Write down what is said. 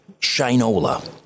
shinola